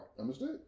Understood